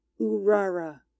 urara